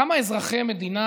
כמה אזרחי מדינה